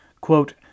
quote